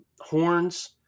horns